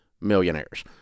millionaires